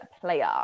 player